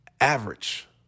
average